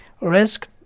Risk